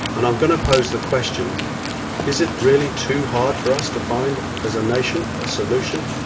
and i'm going to pose the question is it really too hard for us to find, as a nation, a solution?